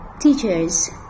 Teachers